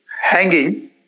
hanging